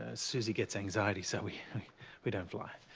suzy, gets anxiety, so we we don't fly.